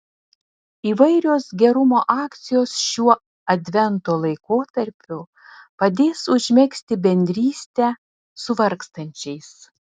įvairios gerumo akcijos šiuo advento laikotarpiu padės užmegzti bendrystę su vargstančiais